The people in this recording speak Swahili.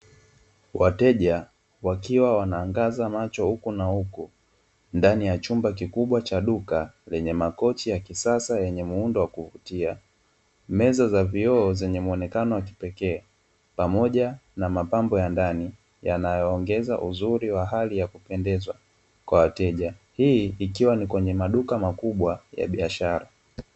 Wateja wakiwa wanaangaza macho huku na huku ndani ya chumba kikubwa cha duka lenye makochi ya kisasa yenye muundo wa kuvutia, meza za vioo zenye muonekano wa kipekee pamoja na mapambo ya ndani, yanayoongeza uzuri wa hali ya kupendeza kwa wateja. Hii ikiwa ni kwenye maduka makubwa ya biashara.